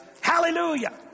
Hallelujah